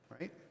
right